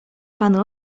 panu